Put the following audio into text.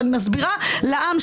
ומסבירה לעם,